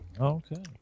okay